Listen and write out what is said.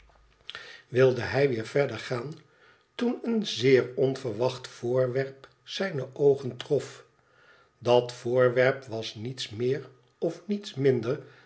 wilde hij weer verder gaan toen een zeer onverwacht voorwerp zijne oogen trof dat voorwerp was niets meer of niets minder